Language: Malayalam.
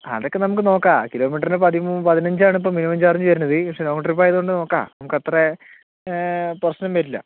ആ അതൊക്കെ നമുക്ക് നോക്കാം കിലോമീറ്ററിന് പതിമൂ പതിനഞ്ചാണ് ഇപ്പോൾ മിനിമം ചാർജ് വരുന്നത് പക്ഷേ ലോങ് ട്രിപ്പായത് കൊണ്ട് നോക്കാം പ്രശ്നം വരില്ല